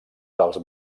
dels